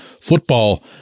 football